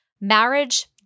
marriage